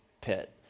pit